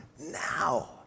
now